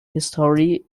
history